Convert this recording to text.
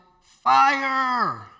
Fire